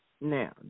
Now